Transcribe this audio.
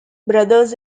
brothers